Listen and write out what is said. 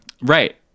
Right